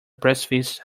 breastfeeds